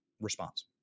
response